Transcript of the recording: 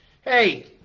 Hey